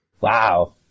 Wow